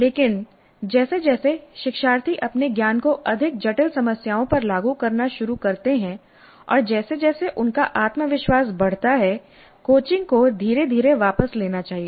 लेकिन जैसे जैसे शिक्षार्थी अपने ज्ञान को अधिक जटिल समस्याओं पर लागू करना शुरू करते हैं और जैसे जैसे उनका आत्मविश्वास बढ़ता है कोचिंग को धीरे धीरे वापस लेना चाहिए